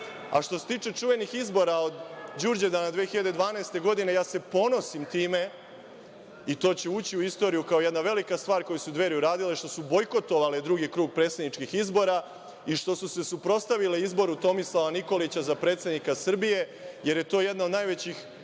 što se tiče čuvenih izbora od Đurđevdana 2012. godine, ja se ponosim time i to će ući u istoriju kao jedna velika stvar koju su Dveri uradile, što su bojkotovale drugi krug predsedničkih izbora i što su se suprotstavile izboru Tomislava Nikolića za predsednika Srbije, jer je to jedna od najvećih